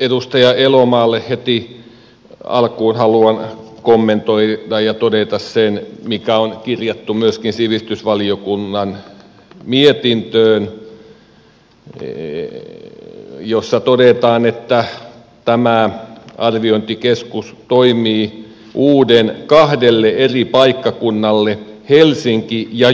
edustaja elomaalle heti alkuun haluan kommentoida ja todeta sen mikä on kirjattu myöskin sivistysvaliokunnan mietintöön jossa todetaan että tämä arviointikeskus toimii uuden kahdelle eri paikkakunnalle helsinkiin ja